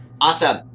Awesome